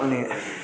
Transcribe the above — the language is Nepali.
अनि